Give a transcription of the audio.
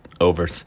over